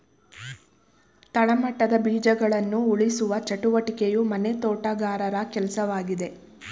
ತಳಮಟ್ಟದ ಬೀಜಗಳನ್ನ ಉಳಿಸುವ ಚಟುವಟಿಕೆಯು ಮನೆ ತೋಟಗಾರರ ಕೆಲ್ಸವಾಗಿದೆ